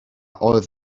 oedd